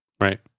Right